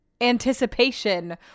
anticipation